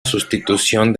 sustitución